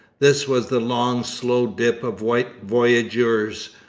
this was the long slow dip of white voyageurs,